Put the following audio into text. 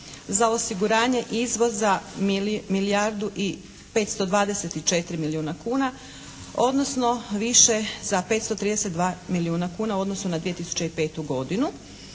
Za osiguranje izvoza milijardu i 524 milijuna kuna odnosno više za 532 milijuna kuna u odnosu na 2005. godinu.